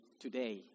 today